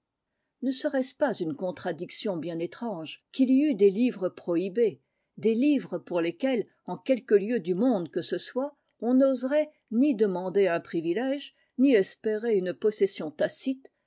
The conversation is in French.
ne serait-ce pas une contradiction bien étrange qu'il y eût des livres prohibés des livres pour lesquels en quelque lieu du monde que ce soit on n'oserait ni demander un privilège ni espérer une possession tacite